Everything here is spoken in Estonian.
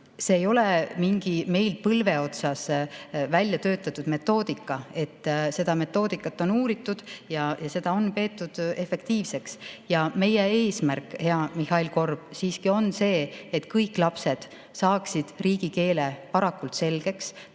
See ei ole mingi põlve otsas välja töötatud metoodika, seda metoodikat on uuritud ja seda on peetud efektiivseks. Meie eesmärk, hea Mihhail Korb, on siiski see, et kõik lapsed saaksid riigikeele varakult selgeks.